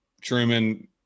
truman